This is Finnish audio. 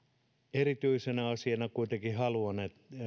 erityisenä asiana kuitenkin haluan